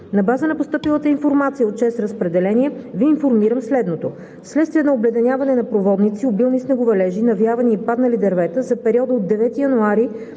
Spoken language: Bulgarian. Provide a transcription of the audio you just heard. На базата на постъпилата информация от „ЧЕЗ Разпределение“ Ви информирам следното: вследствие на обледеняване на проводници, обилни снеговалежи, навявания и паднали дървета за периода от 9 до